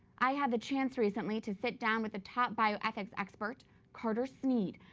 i had a chance recently to sit down with the top bioethics expert carter snead.